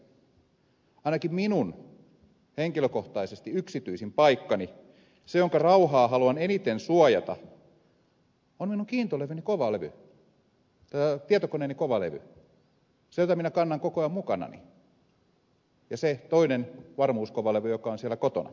ainakin henkilökohtaisesti minun yksityisin paikkani se jonka rauhaa haluan eniten suojata on minun tietokoneeni kovalevy se jota minä kannan koko ajan mukanani ja se toinen varmuuskovalevy joka on siellä kotona nettiin kytkettynä